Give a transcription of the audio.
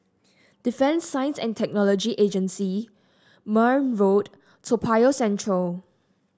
Defence Science and Technology Agency Marne Road Toa Payoh Central